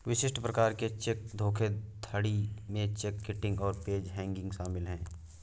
विशिष्ट प्रकार के चेक धोखाधड़ी में चेक किटिंग और पेज हैंगिंग शामिल हैं